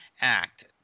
act